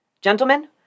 Gentlemen